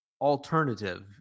alternative